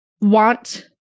want